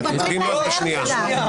סתימת פיות.